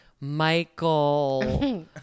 Michael